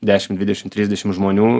dešim dvidešim trisdešim žmonių